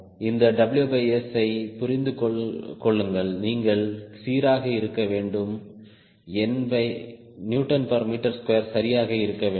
இந்த WS ஐ புரிந்து கொள்ளுங்கள் நீங்கள் சீராக இருக்க வேண்டும் Nm2சரியாக இருக்க வேண்டும்